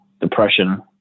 depression